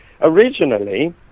originally